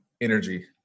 energy